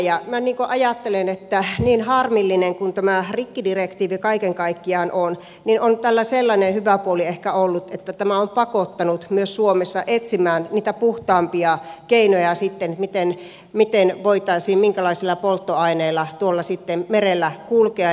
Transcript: minä ajattelen että niin harmillinen kuin tämä rikkidirektiivi kaiken kaikkiaan on niin on tällä sellainen hyvä puoli ehkä ollut että tämä on pakottanut myös suomessa etsimään sitten niitä puhtaampia keinoja minkälaisilla polttoaineilla voitaisiin tuolla merellä sitten kulkea